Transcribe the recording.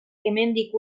hemendik